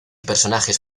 personajes